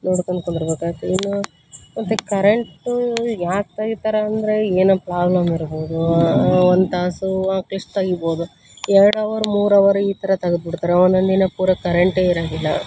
ನೋಡ್ಕೊಂಡು ಕುಂದಿರ್ಬೇಕಾಗ್ತದೆ ಇನ್ನು ಮತ್ತು ಕರೆಂಟು ಯಾಕೆ ತೆಗಿತಾರ ಅಂದರೆ ಏನೋ ಪ್ರಾಬ್ಲಮ್ ಇರ್ಬೋದು ಒಂದು ತಾಸು ಅಟ್ಲೀಸ್ಟ್ ತೆಗಿಬೋದು ಎರಡು ಅವರ್ ಮೂರು ಅವರ್ ಈ ಥರ ತೆಗದ್ಬಿಡ್ತಾರೆ ಒನ್ನೊಂದು ದಿನ ಪೂರ ಕರೆಂಟೇ ಇರೋದಿಲ್ಲ